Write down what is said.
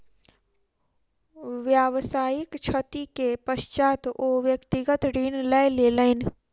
व्यावसायिक क्षति के पश्चात ओ व्यक्तिगत ऋण लय लेलैन